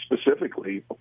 specifically